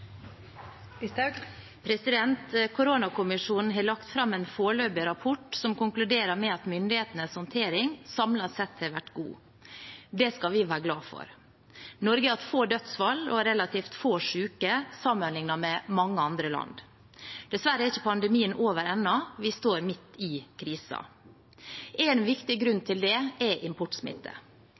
Koronakommisjonen har lagt fram en foreløpig rapport som konkluderer med at myndighetenes håndtering samlet sett har vært god. Det skal vi være glade for. Norge har hatt få dødsfall og relativt få syke sammenliknet med mange andre land. Dessverre er ikke pandemien over ennå. Vi står midt i krisen. En viktig grunn til det er